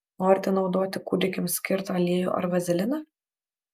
norite naudoti kūdikiams skirtą aliejų ar vazeliną